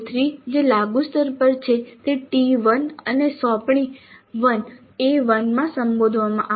CO3 જે લાગુ સ્તર પર છે તે T1 અને સોંપણી 1 માં સંબોધવામાં આવે છે